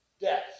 death